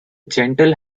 gentle